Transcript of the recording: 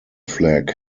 flag